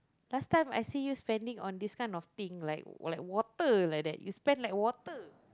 last time I see you spending on this kind of thing like like water like that you spend like water